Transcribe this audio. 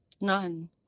None